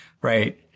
Right